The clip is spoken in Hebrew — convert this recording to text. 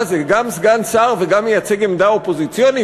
מה זה, גם סגן שר וגם מייצג עמדה אופוזיציונית?